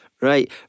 right